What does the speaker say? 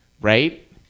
right